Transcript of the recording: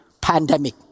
pandemic